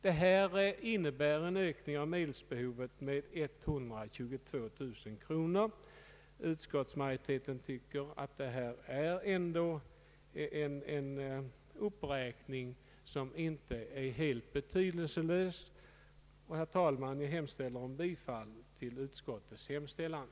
Det här innebär en ökning med 122 000 kronor, och utskottsmajoriteten tycker att den uppräkningen ändå inte är helt betydelselös. Herr talman! Jag hemställer om bifall till utskottets förslag.